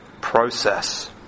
process